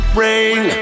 rain